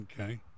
Okay